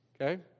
Okay